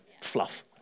fluff